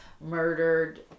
murdered